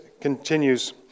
continues